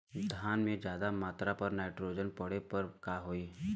धान में ज्यादा मात्रा पर नाइट्रोजन पड़े पर का होई?